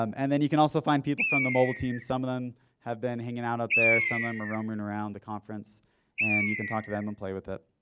um and then you can also find people from the mobile team. some of them have been hanging out up there. some of them are roaming around the conference and you can talk to them and play with it.